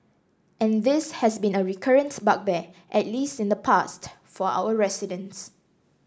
and this has been a recurrent bugbear at least in the past for our residents